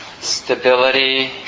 stability